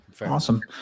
Awesome